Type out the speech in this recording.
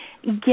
get